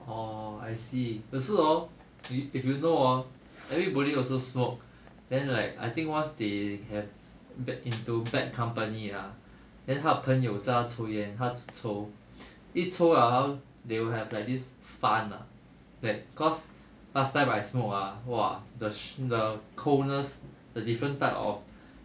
orh I see 可是 hor if you know hor everybody also smoke then like I think once they have bad into bad company ah then 他朋友叫他抽烟他抽一抽了 ah they will have like this fun ah that cause last time I smoke ah !wah! the the the coldness the different type of